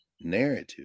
narrative